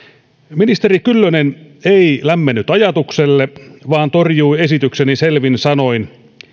ministeri kyllönen ei lämmennyt ajatukselle vaan torjui esitykseni selvin sanoin